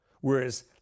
Whereas